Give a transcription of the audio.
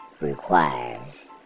requires